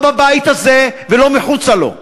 לא בבית הזה ולא מחוצה לו.